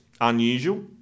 unusual